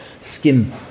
skin